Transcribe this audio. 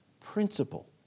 principle